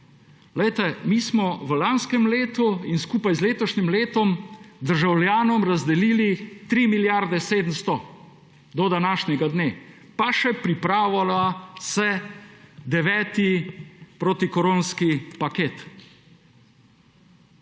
– mi smo v lanskem letu in skupaj z letošnjim letom državljanom razdelili 3 milijarde 700 do današnjega dne pa pripravlja se še deveti protikoronski paket.